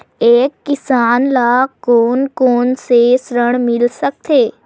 एक किसान ल कोन कोन से ऋण मिल सकथे?